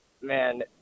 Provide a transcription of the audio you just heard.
Man